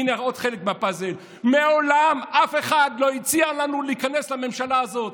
הינה עוד חלק מהפאזל: מעולם אף אחד לא הציע לנו להיכנס לממשלה הזאת.